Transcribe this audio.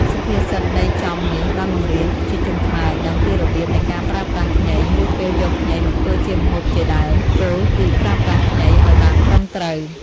សុភាសិតន័យចំនេះបានបង្រៀនប្រជាជានខ្មែរឲ្យដឹងពីរបៀបនៃការប្រើប្រាស់ខ្ញី ឬពេលយកខ្ញីមកធ្វើជាម្ហូបជាដើម ពោលគឺប្រើប្រាស់ខ្ញីឲ្យបានត្រឹមត្រូវ។